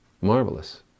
marvelous